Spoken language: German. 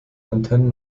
antennen